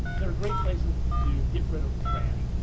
they're great places to get rid of trash.